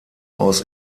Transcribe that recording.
aus